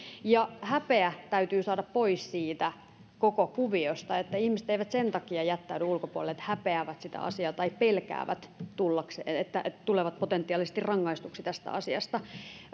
ja häpeä täytyy saada pois siitä koko kuviosta että ihmiset eivät sen takia jättäydy ulkopuolelle että häpeävät sitä asiaa tai pelkäävät että tulevat potentiaalisesti rangaistuksi tästä asiasta